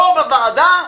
פה בוועדה?